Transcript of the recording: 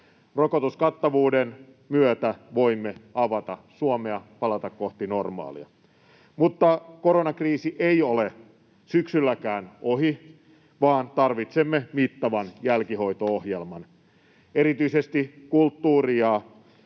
Rokotuskattavuuden myötä voimme avata Suomea, palata kohti normaalia. Mutta koronakriisi ei ole syksylläkään ohi, vaan tarvitsemme mittavan jälkihoito-ohjelman. Erityisesti kulttuuri- ja